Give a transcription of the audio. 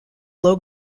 low